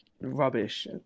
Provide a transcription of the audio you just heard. rubbish